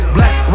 Black